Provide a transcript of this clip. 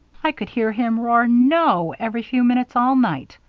i could hear him roar no every few minutes all night.